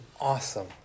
awesome